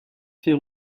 fait